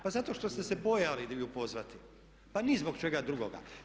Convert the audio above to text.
Pa zato što ste se bojali je pozvati, ni zbog čega drugoga.